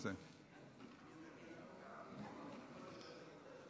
בוחרת לנצל את הזמן שלי קודם כול בדקת דומייה.